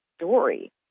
story